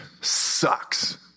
sucks